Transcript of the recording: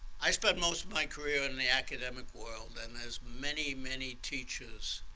i spent most of my career in the academic world and there's many, many teachers.